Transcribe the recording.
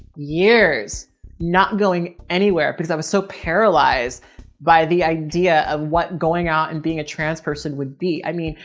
years not going anywhere because i was so paralyzed by the idea of what going out and being a trans person would be. i mean,